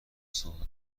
سوئدی